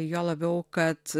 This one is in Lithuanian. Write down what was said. juo labiau kad